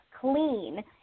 clean